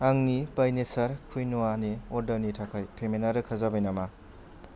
आंनि बाइ नेचार क्विन' आनि अर्डारनि थाखाय पेमेन्टा रोखा जाबाय नामा